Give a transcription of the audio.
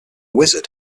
wizard